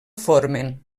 formen